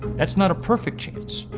that's not a perfect chance,